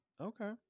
Okay